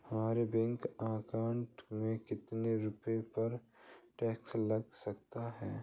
हमारे bank account में कितने रुपये पर टैक्स लग सकता है?